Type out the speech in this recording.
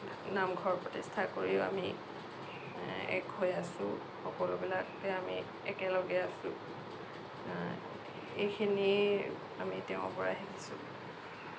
নামঘৰ প্ৰতিষ্ঠা কৰিও আমি এক হৈ আছোঁ সকলোবিলাকে আমি একেলগে আছোঁ এইখিনিয়ে আমি তেওঁৰ পৰা শিকিছোঁ